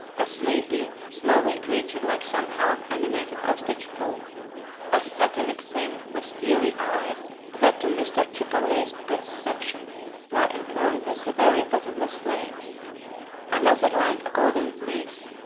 a sleepy, snowy creature like some half-animated ostrich plume a satanic thing with fiery eyes that to mr. chipperley's perception were informed with the very bottomless flames another like a golden fleece,